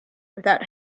without